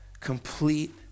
Complete